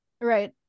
right